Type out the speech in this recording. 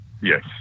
yes